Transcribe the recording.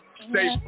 Stay